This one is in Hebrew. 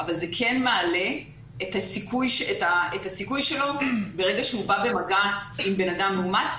זה כן מעלה את הסיכוי שלו ברגע שהוא בא במגע עם בן אדם מאומן,